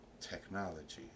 Technology